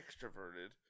extroverted